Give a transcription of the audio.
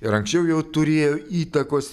ir anksčiau jau turėjo įtakos